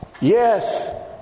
yes